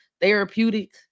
therapeutic